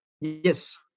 Yes